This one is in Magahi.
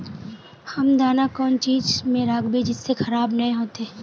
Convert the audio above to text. हम दाना कौन चीज में राखबे जिससे खराब नय होते?